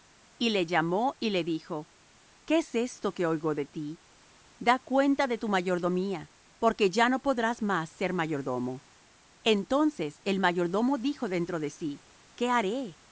y le llamó y le dijo qué es esto que oigo de ti da cuenta de tu mayordomía porque ya no podrás más ser mayordomo entonces el mayordomo dijo dentro de sí qué haré